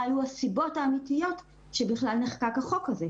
מה היו הסיבות האמיתיות שבגללן נחקק החוק הזה.